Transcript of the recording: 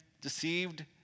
deceived